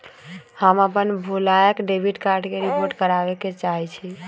हम अपन भूलायल डेबिट कार्ड के रिपोर्ट करावे के चाहई छी